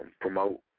promote